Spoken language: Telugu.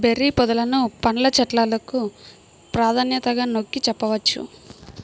బెర్రీ పొదలను పండ్ల చెట్లకు ప్రాధాన్యతగా నొక్కి చెప్పవచ్చు